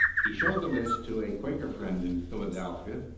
he showed the list to a quaker friend in philadelphia,